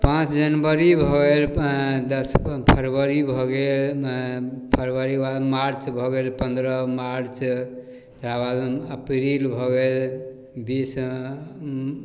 पाँच जनवरी भऽ गेल दस फरवरी भऽ गेल फरवरी बाद मार्च भऽ गेल पनरह मार्च तकरा बाद अप्रील भऽ गेल बीस